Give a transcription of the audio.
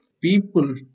people